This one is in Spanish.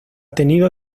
tenido